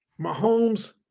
Mahomes